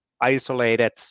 isolated